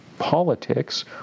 politics